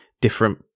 different